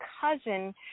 cousin